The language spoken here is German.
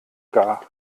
gar